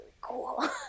cool